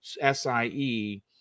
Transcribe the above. SIE